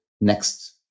next